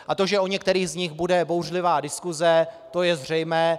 A to, že o některých z nich bude bouřlivá diskuse, to je zřejmé.